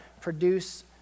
produce